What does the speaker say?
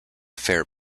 fair